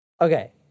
Okay